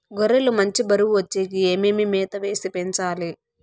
గొర్రె లు మంచి బరువు వచ్చేకి ఏమేమి మేత వేసి పెంచాలి?